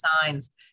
signs